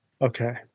Okay